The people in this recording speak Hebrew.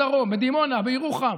בדרום, בדימונה, בירוחם.